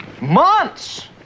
Months